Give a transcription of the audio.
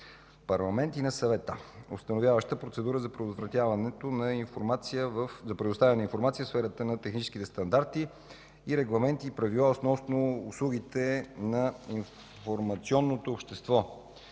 парламент и на Съвета, установяваща процедура за предотвратяване на информация в сферата на техническите стандарти, регламенти и правила относно услугите на информационното общество.